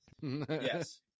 Yes